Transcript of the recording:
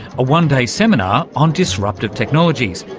a one-day seminar on disruptive technologies,